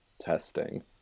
Testing